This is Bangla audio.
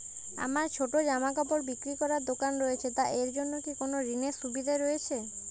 আমার ছোটো জামাকাপড় বিক্রি করার দোকান রয়েছে তা এর জন্য কি কোনো ঋণের সুবিধে রয়েছে?